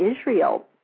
Israel